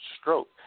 stroke